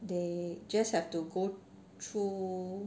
they just have to go through